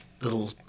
little